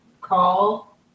Call